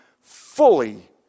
fully